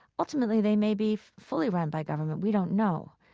ultimately, they may be fully run by government. we don't know.